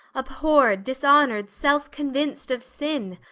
abhorred, dishonored, self-convinced of sin,